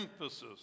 emphasis